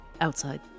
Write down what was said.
Outside